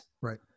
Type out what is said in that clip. right